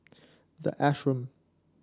the Ashram